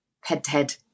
head-to-head